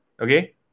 Okay